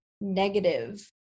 negative